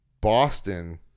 Boston